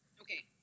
Okay